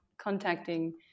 contacting